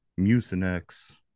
Mucinex